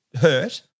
hurt